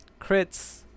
crits